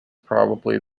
probably